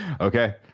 okay